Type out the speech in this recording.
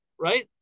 right